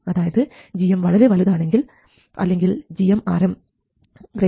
അതായത് gm വളരെ വലുതാണെങ്കിൽ അല്ലെങ്കിൽ gmRm